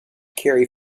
carry